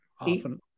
often